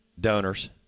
donors